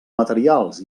materials